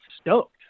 stoked